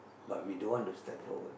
but we don't want to step forward